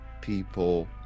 people